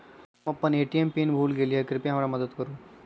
हम अपन ATM PIN भूल गेली ह, कृपया मदत करू